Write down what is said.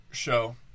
Show